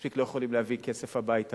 מספיק לא יכולים להביא כסף הביתה,